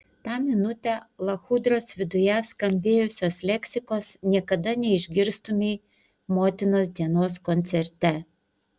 tą minutę lachudros viduje skambėjusios leksikos niekada neišgirstumei motinos dienos koncerte